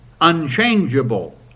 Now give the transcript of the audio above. unchangeable